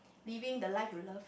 living the life you love